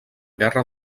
guerra